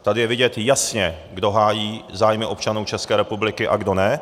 Tady je vidět jasně, kdo hájí zájmy občanů České republiky a kdo ne.